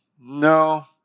no